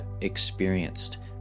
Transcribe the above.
experienced